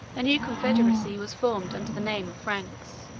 a new confederacy was formed under the name of franks,